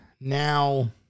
Now